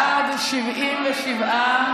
בעד, 77,